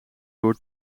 door